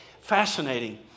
fascinating